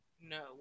no